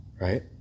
right